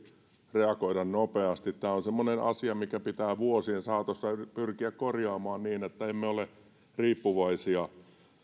reagoida nopeasti tämä on semmoinen asia mikä pitää vuosien saatossa pyrkiä korjaamaan niin että emme ole riippuvaisia